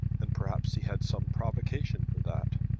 and perhaps he had some provocation for that.